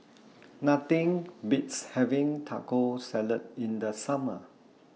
Nothing Beats having Taco Salad in The Summer